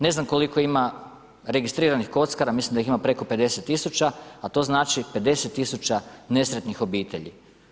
Ne znam koliko ima registriranih kockara, mislim da ih ima preko 50000 a to znači 50000 nesretnih obitelji.